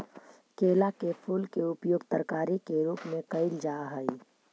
केला के फूल के उपयोग तरकारी के रूप में कयल जा हई